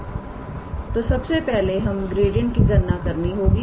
तो सबसे पहले हमें ग्रेडियंट की गणना करनी होगी